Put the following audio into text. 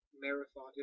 marathon